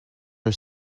are